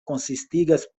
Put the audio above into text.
konsistigas